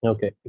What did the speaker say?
Okay